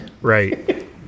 Right